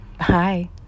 Hi